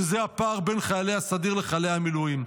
שזה הפער בין חיילי הסדיר לחיילי המילואים.